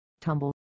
Tumble